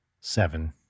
seven